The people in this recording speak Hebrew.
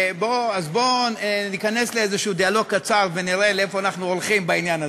אז בוא ניכנס לאיזשהו דיאלוג קצר ונראה לאיפה אנחנו הולכים בעניין הזה.